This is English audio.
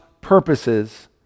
purposes